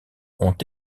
ont